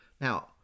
Now